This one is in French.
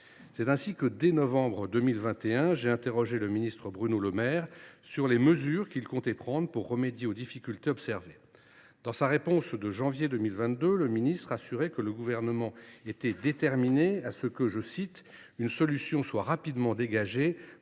C’est ainsi que dès le mois de novembre 2021, j’ai interrogé le ministre Bruno Le Maire sur les mesures qu’il comptait prendre pour remédier aux difficultés observées. Dans sa réponse de janvier 2022, le ministre assurait que le Gouvernement demeurait « à ce titre déterminé à ce qu’une solution soit rapidement dégagée